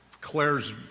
Claire's